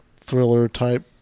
thriller-type